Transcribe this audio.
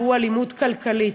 והוא אלימות כלכלית.